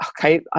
okay